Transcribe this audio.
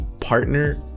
partner